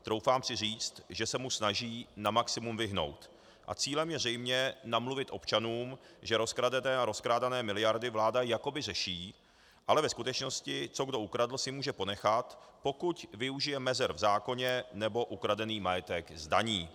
Troufám si říci, že se mu snaží na maximum vyhnout a cílem je zřejmě namluvit občanům, že rozkradené a rozkrádané miliardy vláda jakoby řeší, ale ve skutečnosti co kdo ukradl, si může ponechat, pokud využije mezer v zákoně nebo ukradený majetek zdaní.